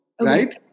right